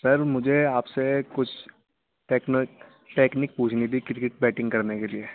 سر مجھے آپ سے کچھ ٹیکنک پوچھنی تھی کرکٹ بیٹنگ کرنے کے لیے